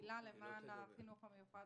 פעילה למען החינוך המיוחד